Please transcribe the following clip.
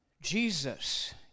Jesus